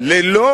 ללא